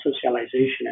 socialization